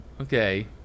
Okay